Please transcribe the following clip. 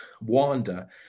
Wanda